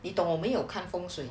你懂我没有看风水